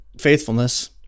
faithfulness